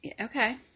Okay